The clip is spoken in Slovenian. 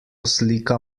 slika